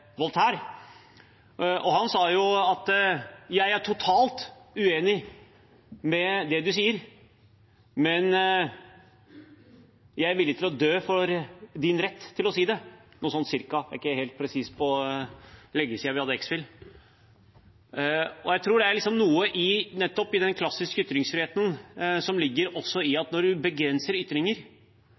Voltaire. Han sa: Jeg er totalt uenig i det du sier, men jeg er villig til å dø for din rett til å si det – sånn cirka, det er ikke helt presist, det er lenge siden jeg hadde ex.phil. Jeg tror det er noe som ligger nettopp i den klassiske ytringsfriheten, at når man begrenser ytringer,